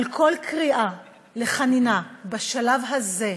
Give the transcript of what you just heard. אבל כל קריאה לחנינה בשלב הזה,